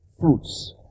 fruits